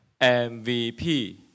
MVP